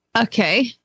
Okay